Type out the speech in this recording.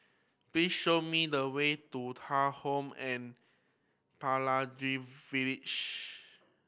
please show me the way to Thuja Home and Pelangi Village